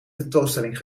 tentoonstelling